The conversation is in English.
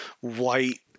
white